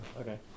okay